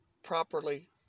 properly